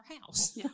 house